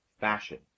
fashion